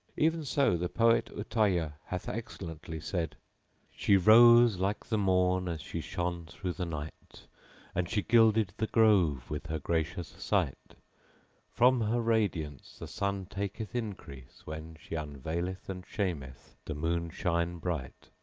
even so the poet utayyah hath excellently said she rose like the morn as she shone through the night and she gilded the grove with her gracious sight from her radiance the sun taketh increase when she unveileth and shameth the moonshine bright.